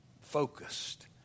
focused